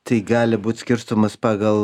tai gali būt skirstomas pagal